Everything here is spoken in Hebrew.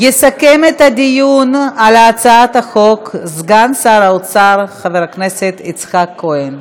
יסכם את הדיון על הצעת החוק סגן שר האוצר חבר הכנסת יצחק כהן.